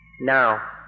now